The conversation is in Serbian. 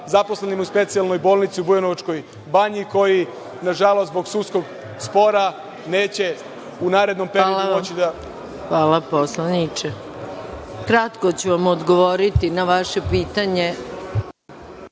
zaposlenima u Specijalnoj bolnici u Bujanovačkoj banji koji nažalost zbog sudskog spora neće u narednom periodu moći da… **Maja Gojković** Hvala vam poslaničke. Kratko ću vam odgovoriti na vaše pitanje.